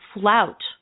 flout